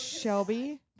Shelby